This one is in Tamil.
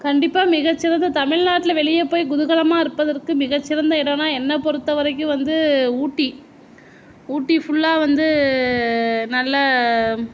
கண்டிப்பாக மிக சிறந்த தமிழ்நாட்டில் வெளியே போய் குதூகலமாக இருப்பதற்கு மிக சிறந்த இடம்னால் என்னை பொறுத்த வரைக்கும் வந்து ஊட்டி ஊட்டி ஃபுல்லாக வந்து நல்ல